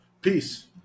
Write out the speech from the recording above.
Peace